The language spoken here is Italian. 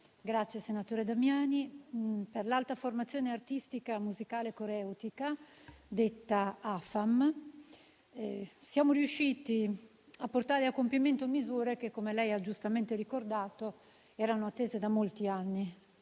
Senatore Damiani, per l'Alta formazione artistica, musicale e coreutica - detta AFAM - siamo riusciti a portare a compimento misure che - come lei ha giustamente ricordato - erano attese da molti anni,